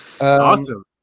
Awesome